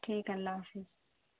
ٹھیک ہے اللہ حافظ